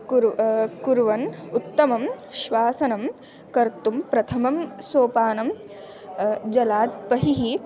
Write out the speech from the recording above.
कुर्व् कुर्वन् उत्तमं श्वसनं कर्तुं प्रथमं सोपानं जलात् बहिः